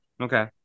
okay